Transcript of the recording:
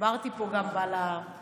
דיברתי פה גם על החוק.